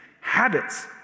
Habits